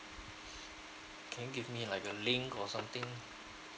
can you give me like a link or something